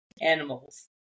Animals